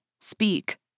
Speak